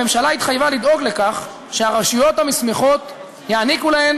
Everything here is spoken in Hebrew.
הממשלה התחייבה לדאוג לכך שהרשויות המוסמכות יעניקו להן